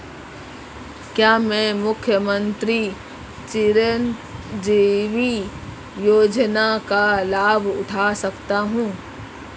क्या मैं मुख्यमंत्री चिरंजीवी योजना का लाभ उठा सकता हूं?